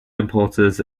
impulses